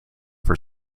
for